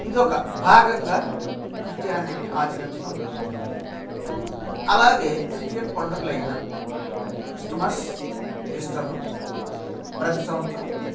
ఇదొక భాగంగా క్రిస్టియానిటీని ఆచరించటం జరుగుతుంది అలాగే క్రిస్టియన్ పండుగలయిన క్రిస్టమస్ ఈస్టర్ను ప్రతి సంవత్సరం